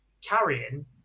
carrying